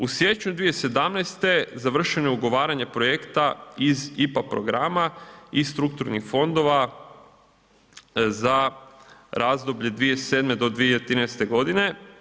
U siječnju 2017. završeno je ugovaranje projekta iz IPA programa i strukturnih fondova za razdoblje 2007. do 2013. godine.